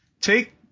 take